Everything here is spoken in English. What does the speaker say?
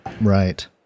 Right